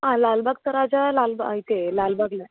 हां लालबागचा राजा लालबा इथे लालबागला आहे